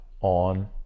on